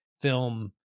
film